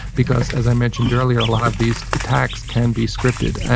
because as i mentioned earlier, a lot of these attacks can be scripted. and